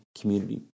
community